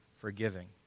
forgiving